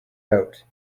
out